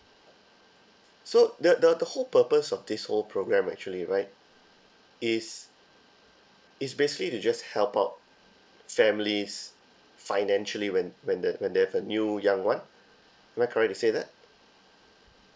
so the the the whole purpose of this whole programme actually right is is basically to just help out families financially when when they when they have a new young one am I correct to say that